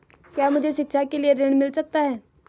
क्या मुझे शिक्षा के लिए ऋण मिल सकता है?